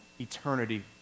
eternity